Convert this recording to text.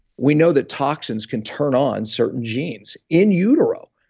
we know that toxins can turn on certain genes in utero,